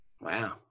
Wow